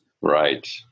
Right